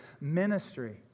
Ministry